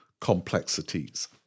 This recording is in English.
complexities